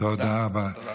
תודה רבה.